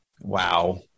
Wow